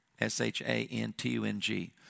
S-H-A-N-T-U-N-G